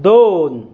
दोन